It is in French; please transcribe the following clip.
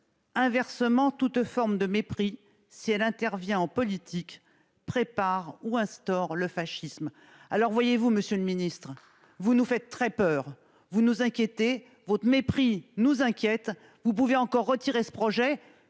Inversement, toute forme de mépris, si elle intervient en politique, prépare ou instaure le fascisme ». Voyez-vous, monsieur le ministre, vous nous faites très peur, votre mépris nous inquiète. Vous pouvez encore retirer ce projet